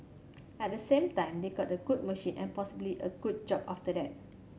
at the same time they got a good machine and possibly a good job after that